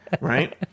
right